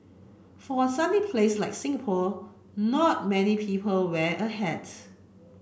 for a sunny place like Singapore not many people wear a hats